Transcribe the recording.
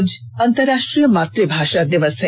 आज अंतराष्ट्रीय मातृभाषा दिवस है